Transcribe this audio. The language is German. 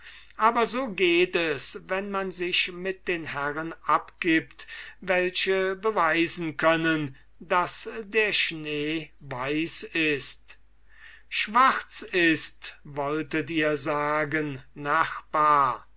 aber so geht es wenn man sich mit den herren abgibt welche beweisen können daß der schnee weiß ist schwarz ist wolltet ihr sagen nachbar